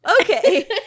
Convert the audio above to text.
okay